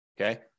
Okay